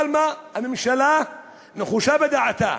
הממשלה נחושה בדעתה